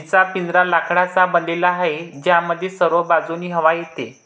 जीचा पिंजरा लोखंडाचा बनलेला आहे, ज्यामध्ये सर्व बाजूंनी हवा येते